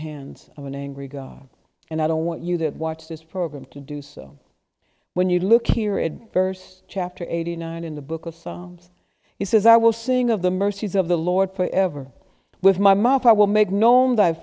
hands of an angry god and i don't want you that watch this program to do so when you look here it verse chapter eighty nine in the book of psalms he says i will sing of the mercies of the lord for ever with my mouth i will make known